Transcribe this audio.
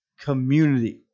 community